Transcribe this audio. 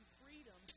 freedom